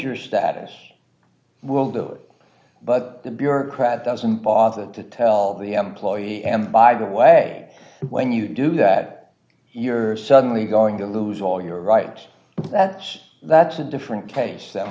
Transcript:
or status will do it but the bureaucrat doesn't bother to tell the employee and by the way when you do that you're suddenly going to lose all your right that's that's a different case